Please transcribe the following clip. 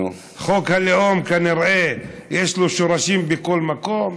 חוק הלאום, כנראה יש לו שורשים בכל מקום,